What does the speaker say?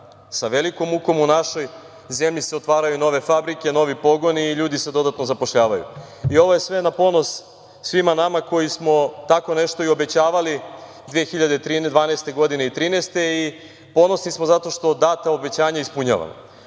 sa velikom mukom u našoj zemlji se otvaraju nove fabrike, novi pogoni i ljudi se dodatno zapošljavaju. Ovo je sve na ponos svima nama koji smo tako nešto i obećavali 2012. i 2013. godine. Ponosni smo zato što data obećanja ispunjavamo. Ono